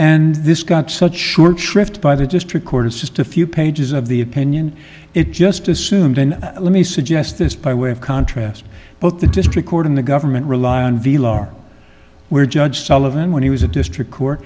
and this got such short shrift by the district court is just a few pages of the opinion it just assumed and let me suggest this by way of contrast both the district court in the government rely on vilar where judge sullivan when he was a district co